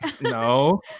no